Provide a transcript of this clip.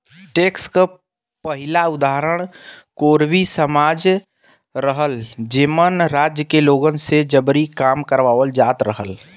tax क पहिला उदाहरण कोरवी समाज रहल जेमन राज्य के लोगन से जबरी काम करावल जात रहल